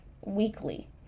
weekly